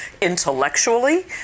intellectually